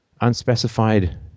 unspecified